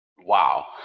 wow